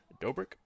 Dobrik